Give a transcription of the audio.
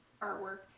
artwork